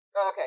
Okay